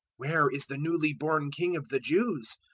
where is the newly born king of the jews?